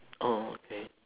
orh okay